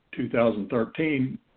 2013